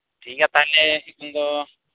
ᱴᱷᱤᱠ ᱜᱮᱭᱟ ᱛᱟᱦᱚᱞᱮ ᱱᱤᱛᱚᱜ ᱫᱚ